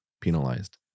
penalized